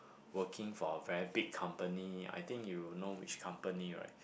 working for a very big company I think you know which company right